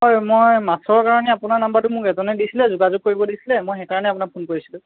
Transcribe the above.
হয় মই মাছৰ কাৰণে আপোনাৰ নাম্বাৰটো মোক এজনে দিছিল যোগাযোগ কৰিব দিছিল মই সেইকাৰণে আপোনাক ফোন কৰিছিলোঁ